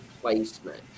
placement